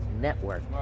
Network